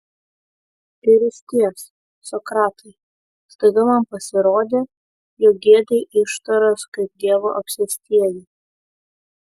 ir išties sokratai staiga man pasirodė jog giedi ištaras kaip dievo apsėstieji